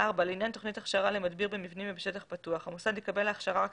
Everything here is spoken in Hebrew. לעניין תוכנית הכשרה למדביר במבנים ובשטח פתוח המוסד יקבל להכשרה רק